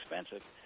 expensive